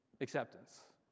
Acceptance